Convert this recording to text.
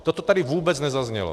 Toto tady vůbec nezaznělo.